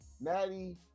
Maddie